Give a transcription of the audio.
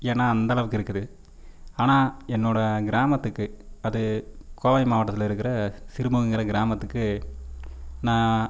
ஏன்னா அந்தளவுக்கு இருக்குது ஆனால் என்னோட கிராமத்துக்கு அது கோவை மாவட்டத்தில் இருக்கிற சிருமங்கிற கிராமத்துக்கு நான்